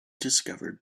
discovered